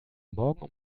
morgen